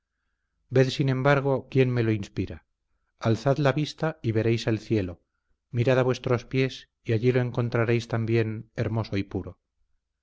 ved sin embargo quién me lo inspira alzad la vista y veréis el cielo mirad a vuestros pies y allí lo encontraréis también hermoso y puro